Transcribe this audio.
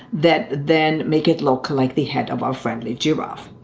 that then make it look like the head of our friendly giraffe.